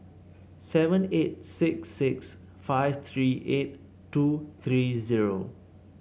seven eight six six five three eight two three zero